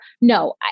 No